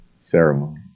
ceremony